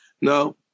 No